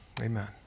Amen